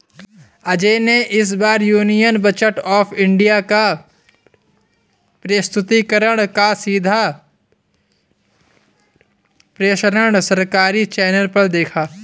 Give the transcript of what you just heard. अजय ने इस बार यूनियन बजट ऑफ़ इंडिया का प्रस्तुतिकरण का सीधा प्रसारण सरकारी चैनल पर देखा